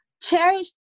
cherish